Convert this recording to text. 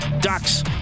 Ducks